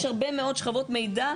יש הרבה מאוד שכבות מידע,